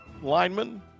lineman